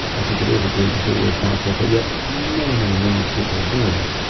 i think it is egregiously irresponsible, but yet many, many millions of people are doing it.